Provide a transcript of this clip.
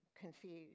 confused